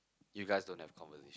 you guys don't have conversation